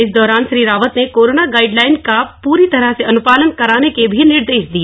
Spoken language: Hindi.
इस दौरान श्री रावत ने कोरोना गाइडलाइन्स का पूरी तरह से अनुपालन कराने के भी निर्देश दिए